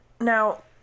now